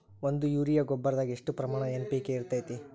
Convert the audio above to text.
ಒಂದು ಯೂರಿಯಾ ಗೊಬ್ಬರದಾಗ್ ಎಷ್ಟ ಪ್ರಮಾಣ ಎನ್.ಪಿ.ಕೆ ಇರತೇತಿ?